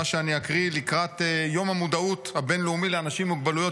שאקריא לקראת יום המודעות הבין-לאומי לאנשים עם מוגבלויות,